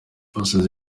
pastor